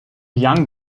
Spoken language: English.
young